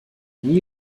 nie